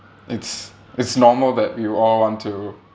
it's it's normal that you all want to